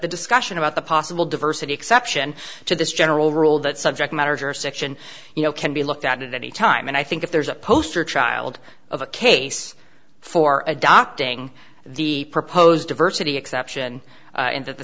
the discussion about the possible diversity exception to this general rule that subject matter jurisdiction you know can be looked at any time and i think if there's a poster child of a case for adopting the proposed diversity exception